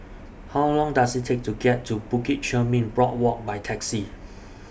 How Long Does IT Take to get to Bukit Chermin Boardwalk By Taxi